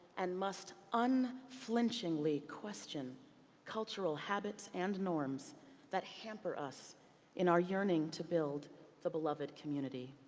and must unflinchingly question cultural habits and norms that hamper us in our yearning to build the beloved community.